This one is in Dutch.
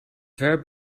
ver